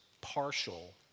partial